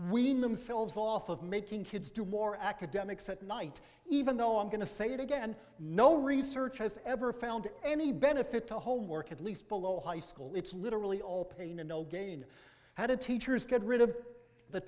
wean themselves off of making kids do more academics at night even though i'm going to say it again no research has ever found any benefit to homework at least below high school it's literally all pain and no gain how do teachers get rid of the